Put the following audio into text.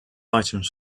items